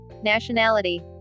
nationality